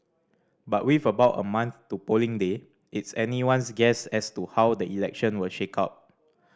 but with about a month to polling day it's anyone's guess as to how the election will shake out